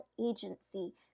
agency